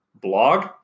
blog